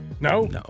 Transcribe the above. No